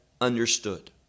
understood